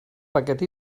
paquet